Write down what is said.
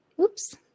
Oops